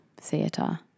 theatre